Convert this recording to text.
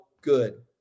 good